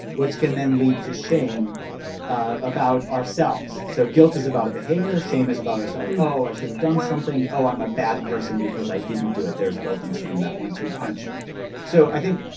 which can then lead to shame about ourselves. so guilt is about a behavior. shame is about ourselves. oh, i should have done something. oh, i'm a bad person because i didn't do it. there's guilt and shame that one-two punch so i think,